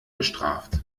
bestraft